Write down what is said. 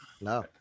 No